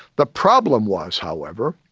the problem was however,